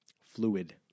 fluid